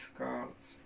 cards